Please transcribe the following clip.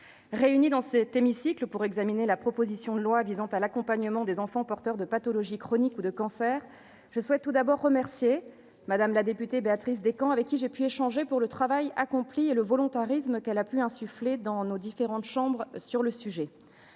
réunis dans cet hémicycle pour examiner la proposition de loi visant à l'accompagnement des enfants atteints de pathologie chronique ou de cancer, je souhaite tout d'abord remercier Mme la députée Béatrice Descamps, avec qui j'ai pu échanger, pour le travail accompli et le volontarisme qu'elle a su insuffler dans nos deux chambres sur ce sujet.